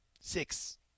six